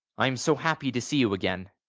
i am so happy to see you again.